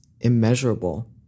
immeasurable